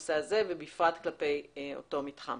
בנושא הזה ובפרט כלפי אותו מתחם.